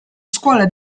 scuola